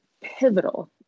pivotal